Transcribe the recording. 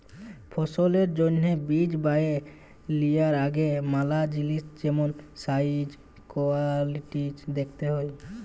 ফসলের জ্যনহে বীজ বাছে লিয়ার আগে ম্যালা জিলিস যেমল সাইজ, কোয়ালিটিজ দ্যাখতে হ্যয়